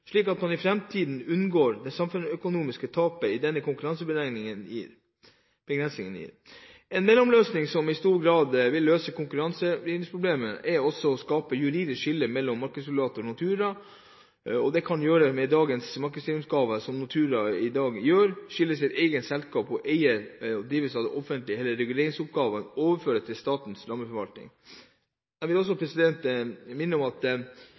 slik at man i framtiden unngår det samfunnsøkonomiske tapet denne konkurransebegrensningen gir. En mellomløsning som i stor grad vil løse konkurransevridningsproblemet, er også å skape et juridisk skille mellom markedsregulator og Nortura. Dette kan gjøres ved at dagens markedsreguleringsoppgaver som Nortura i dag gjør, skilles ut i et eget selskap som eies og drives av det offentlige, eller at reguleringsoppgavene overføres til Statens landbruksforvaltning. Jeg vil også minne om at